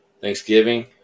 Thanksgiving